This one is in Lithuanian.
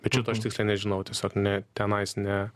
bet šito aš tiksliai nežinau tiesiog ne tenais ne